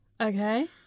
Okay